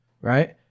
right